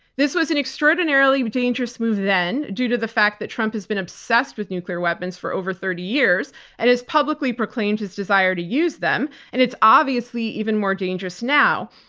this was an extraordinarily dangerous move then due to the fact that trump has been obsessed with nuclear weapons for over thirty years and has publicly proclaimed his desire to use them and it's obviously even more dangerous now.